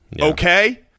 okay